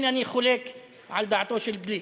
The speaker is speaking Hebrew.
הנה, אני חולק על דעתו של גליק.